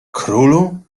królu